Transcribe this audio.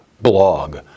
blog